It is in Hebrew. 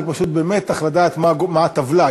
היא פשוט במתח לדעת מה הטבלה.